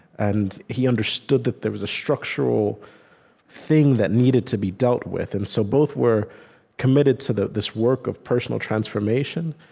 and he understood that there was a structural thing that needed to be dealt with and so both were committed to this work of personal transformation,